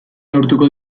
neurtuko